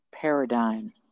paradigm